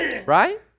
right